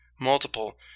multiple